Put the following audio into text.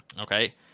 Okay